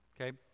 Okay